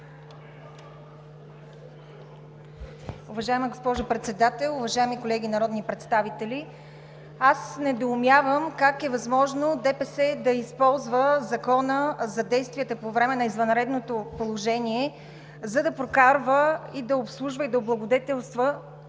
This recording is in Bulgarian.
Уважаема госпожо Председател, уважаеми колеги народни представители! Аз не доумявам как е възможно ДПС да използва Закона за действията по време на извънредното положение, за да прокарва и да обслужва, и да облагодетелства